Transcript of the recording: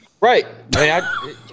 Right